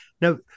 Now